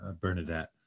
Bernadette